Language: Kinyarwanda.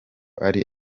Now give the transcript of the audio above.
ari